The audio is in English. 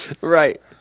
Right